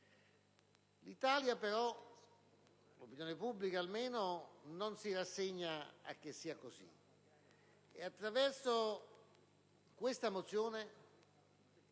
L'Italia però - l'opinione pubblica, almeno - non si rassegna a che sia così. Pertanto, attraverso questa mozione,